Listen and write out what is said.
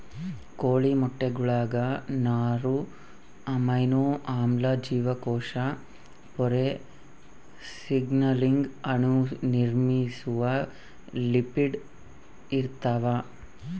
ಕೋಳಿ ಮೊಟ್ಟೆಗುಳಾಗ ನಾರು ಅಮೈನೋ ಆಮ್ಲ ಜೀವಕೋಶ ಪೊರೆ ಸಿಗ್ನಲಿಂಗ್ ಅಣು ನಿರ್ಮಿಸುವ ಲಿಪಿಡ್ ಇರ್ತಾವ